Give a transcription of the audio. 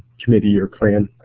committee or plan,